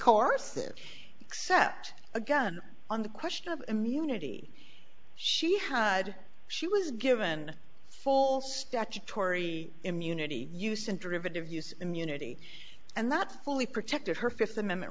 there except again on the question of immunity she had she was given full statutory immunity use and derivative use immunity and not fully protected her fifth amendment